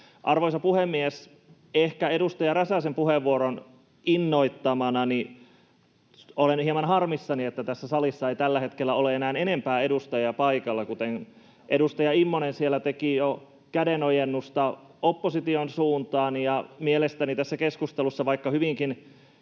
Arvoisa puhemies! Ehkä edustaja Räsäsen puheenvuoron innoittamana olen hieman harmissani, että salissa ei tällä hetkellä ole enää enempää edustajia paikalla, kuten edustaja Immonen siellä teki jo kädenojennusta opposition suuntaan. Mielestäni tässä keskustelussa, vaikka hyvinkin